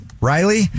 Riley